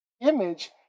image